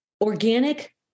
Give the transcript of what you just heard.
organic